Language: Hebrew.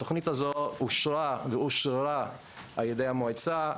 התוכנית הזו אושרה ואושררה על ידי המועצה,